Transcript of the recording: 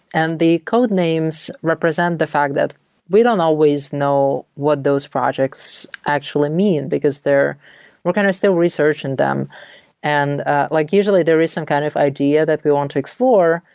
and the code names represent the fact that we don't always know what those projects actually mean, because we're kind of still researching them and like usually, there is some kind of idea that we want to explore,